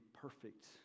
perfect